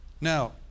Now